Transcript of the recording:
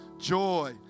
joy